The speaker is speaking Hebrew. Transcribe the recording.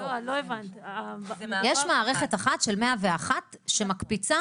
יש מערכת אחת של 101 שמקפיצה